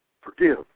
forgive